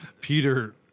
peter